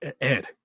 Ed